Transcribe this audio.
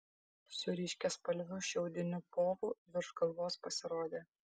su ryškiaspalviu šiaudiniu povu virš galvos pasirodė